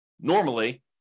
normally